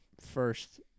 first